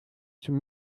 zum